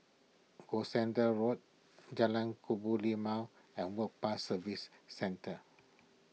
Gloucester Road Jalan Kebun Limau and Work Pass Services Centre